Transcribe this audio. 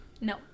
No